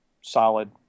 solid